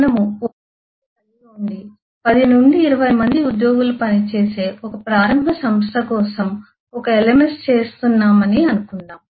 మనము ఒకే గది కలిగి ఉండి 10 నుండి 20 మంది ఉద్యోగులు పనిచేసే ఒక ప్రారంభ సంస్థ కోసం ఒక LMS చేస్తున్నామని అనుకుందాం